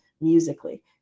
musically